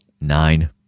Nine